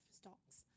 stocks